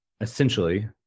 essentially